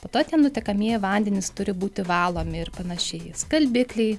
po to tie nutekamieji vandenys turi būti valomi ir panašiai skalbikliai